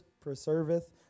preserveth